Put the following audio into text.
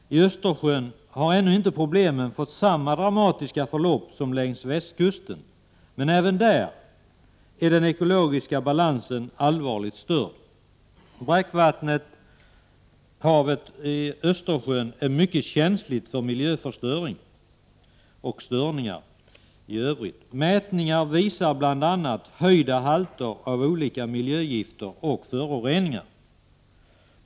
I Östersjön har problemen ännu inte fått samma dramatiska förlopp som längs västkusten, men även där är den ekologiska balansen allvarligt störd. Brackvattenhavet Östersjön är mycket känsligt för miljöförstöring. Mätningar visar bl.a. höjda halter av olika miljögifter och föroreningar.